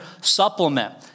supplement